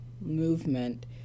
movement